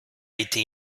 été